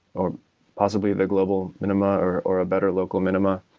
or possibly the global minima or or a better local minima.